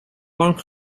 lang